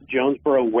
Jonesboro